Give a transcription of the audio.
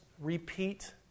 Repeat